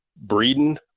Breeding